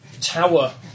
tower